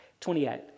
28